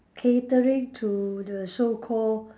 catering to the so called